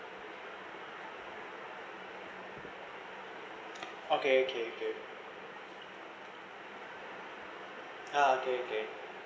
okay okay okay okay okay